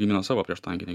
gamina savo prieštankinę